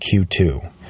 Q2